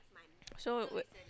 so where